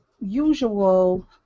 usual